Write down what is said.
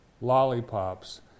lollipops